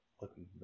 Looking